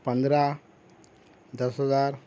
پندرہ دس ہزار